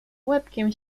łebkiem